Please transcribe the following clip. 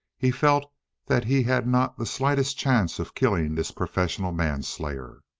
he felt that he had not the slightest chance of killing this professional manslayer,